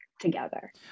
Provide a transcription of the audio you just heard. together